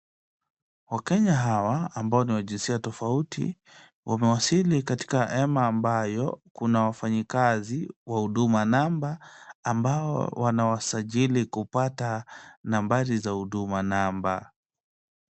Wakenya hawa ambao ni wa jinsia tofauti, wamewasili katika hema ambayo kuna wafanyikazi wa Huduma namba, ambao wanawasajili kupata nambari ya Huduma namba.